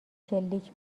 شلیک